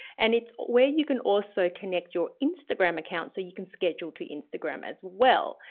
and it's where you can also connect your instagram account so you can schedule to instagram as well.